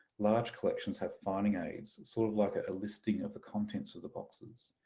large collections have finding aids sort of like ah a listing of the contents of the boxes.